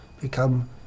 become